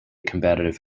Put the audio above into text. combative